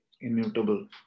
immutable